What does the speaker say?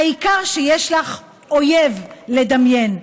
העיקר שיש לך אויב לדמיין,